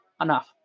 enough